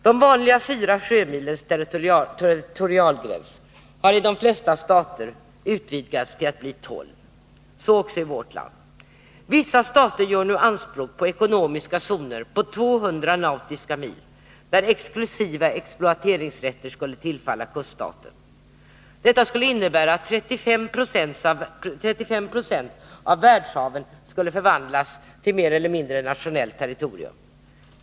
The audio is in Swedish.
De vanliga 4 sjömilens territorialgräns har i de flesta stater utvidgats till att vara 12 — så också i vårt land. Vissa stater gör nu anspråk på ekonomiska zoner på 200 nautiska mil, där exklusiva exploateringsrätter skulle tillfalla kuststaten. Detta skulle innebära att 35 20 av världshaven skulle förvandlas till mer eller mindre nationellt territorium.